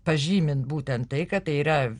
pažymint būtent tai kad tai yra